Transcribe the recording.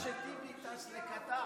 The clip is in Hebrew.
זה בגלל שביבי טס לקטאר.